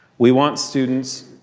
we want students